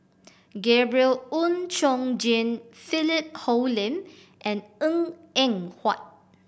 Gabriel Oon Chong Jin Philip Hoalim and Png Eng Huat